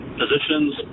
positions